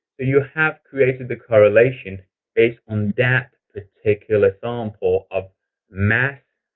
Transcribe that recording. you have created the correlation based on that particular sample of mass,